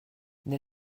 n’ai